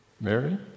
Mary